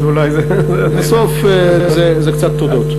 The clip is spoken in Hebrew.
הסוף זה קצת תודות.